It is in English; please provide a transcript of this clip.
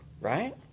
right